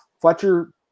Fletcher